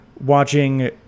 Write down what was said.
watching